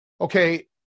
okay